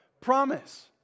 promise